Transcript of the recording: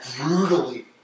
brutally